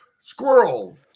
squirrel